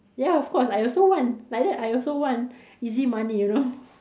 ya of course I also want like that I also want easy money you know